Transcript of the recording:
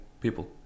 people